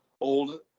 old